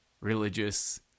religious